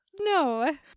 no